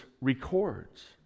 records